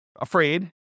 afraid